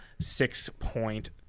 six-point